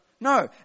No